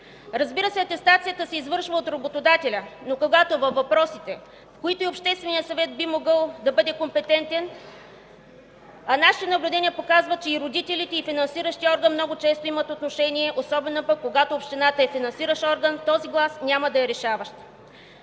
Разбира се, атестацията се извършва от работодателя, но когато във въпросите, в които и Общественият съвет би могъл да бъде компетентен, а нашите наблюдения показват, че и родителите, и финансиращият орган много често имат отношение, особено пък когато общината е финансиращ орган, този глас няма да е решаващ.